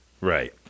Right